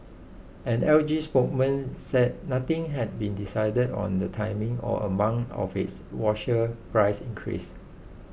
an L G spokesman said nothing had been decided on the timing or amount of its washer price increase